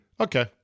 okay